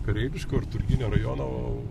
kareiviško ir turginio rajono